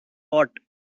what